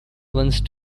once